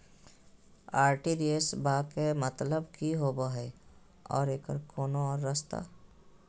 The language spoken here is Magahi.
आर.टी.जी.एस बा के मतलब कि होबे हय आ एकर कोनो और रस्ता?